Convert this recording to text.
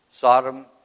Sodom